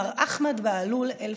מר אחמד בהלול אל-פאסיל.